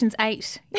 Eight